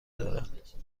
دارد